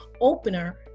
opener